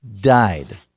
died